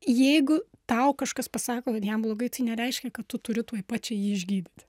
jeigu tau kažkas pasako kad jam blogai tai nereiškia kad tu turi tuoj pat čia jį išgydyti